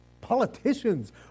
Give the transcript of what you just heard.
Politicians